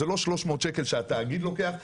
זה לא 300 שקלים שהתאגיד לוקח,